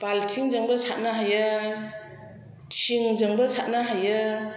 बालथिंजोंबो साथनो हायो थिंजोंबो साथनो हायो